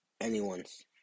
Anyone's